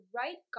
right